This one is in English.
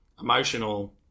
emotional